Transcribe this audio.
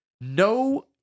no